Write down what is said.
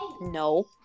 No